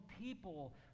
people